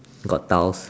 got tiles